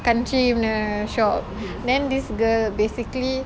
country punya shop then this girl basically